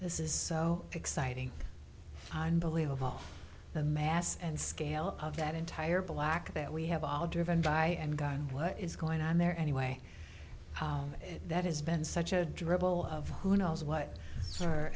this is so exciting i believe of all the mass and scale of that entire black that we have all driven by and god what is going on there anyway that has been such a dribble of who knows what for